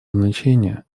значения